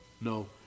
No